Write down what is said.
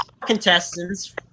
contestants